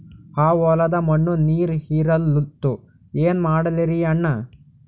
ಆ ಹೊಲದ ಮಣ್ಣ ನೀರ್ ಹೀರಲ್ತು, ಏನ ಮಾಡಲಿರಿ ಅಣ್ಣಾ?